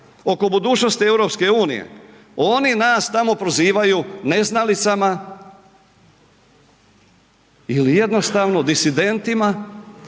oko budućnosti EU oni nas tamo prozivaju neznalicama ili jednostavno disidentima.